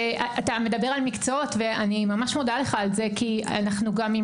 אתה מדבר על מקצועות ותודה לך על זה כי אנחנו גם עם